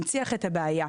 מנציח את הבעיה,